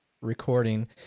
recording